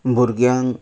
भुरग्यांक